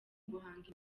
guhanga